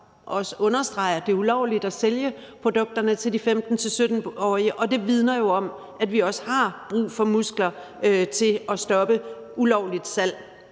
også understrege, at det er ulovligt at sælge produkterne til de 15-17-årige, og det vidner om, at vi også har brug for muskler til at stoppe ulovligt salg.